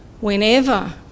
whenever